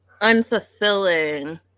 Unfulfilling